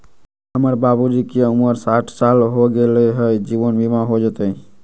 हमर बाबूजी के उमर साठ साल हो गैलई ह, जीवन बीमा हो जैतई?